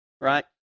right